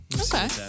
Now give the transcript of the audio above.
Okay